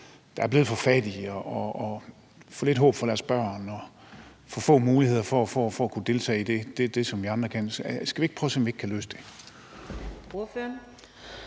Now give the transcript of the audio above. der er blevet for fattige og har for lidt håb for deres børn og for få muligheder for at kunne deltage i det, som vi andre kan? Skal vi ikke prøve og se, om vi kan løse det?